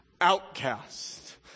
outcast